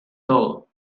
todo